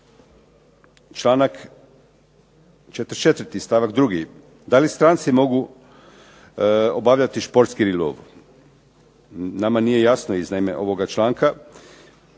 Članak 44. stavak 2. da li stranci mogu obavljati športski ribolov. Nama nije jasno iz naime ovoga članka,